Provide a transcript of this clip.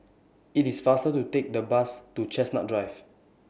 IT IS faster to Take The Bus to Chestnut Drive